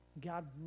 God